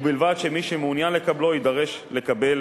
ובלבד שמי שמעוניין לקבלו יידרש לקבל,